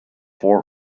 for